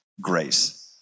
Grace